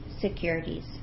securities